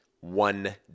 one